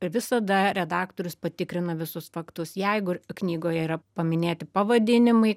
visada redaktorius patikrina visus faktus jeigu ir knygoje yra paminėti pavadinimai